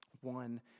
one